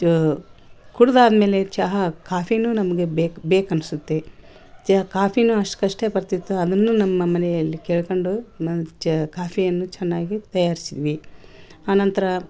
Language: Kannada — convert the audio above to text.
ಕುಡ್ದಾದ ಮೇಲೆ ಚಹಾ ಕಾಫಿನು ನಮಗೆ ಬೇಕು ಬೇಕು ಅನ್ಸುತ್ತೆ ಚ ಕಾಫಿನು ಅಷ್ಟ್ಕಷ್ಟೇ ಬರ್ತಿತ್ತು ಅದುನ್ನು ನಮ್ಮ ಮನೆಯಲ್ಲಿ ಕೇಳ್ಕೊಂಡು ಕಾಫಿಯನ್ನು ಚೆನ್ನಾಗಿ ತಯಾರ್ಸಿದ್ವಿ ಆ ನಂತರ